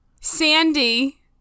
Sandy